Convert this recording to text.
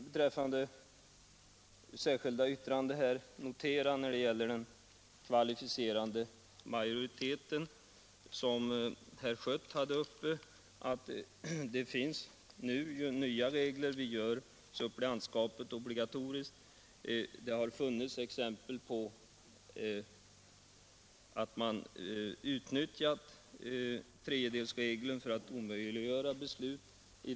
Beträffande det särskilda yttrandet om den kvalificerade majoriteten, som herr Schött berörde, vill jag framhålla att det ju nu finns nya regler. Vi gör suppleantskapet obligatoriskt. Det har funnits exempel på att man i den kommunala församlingen utnyttjat tredjedelsregeln för att omöjliggöra beslut.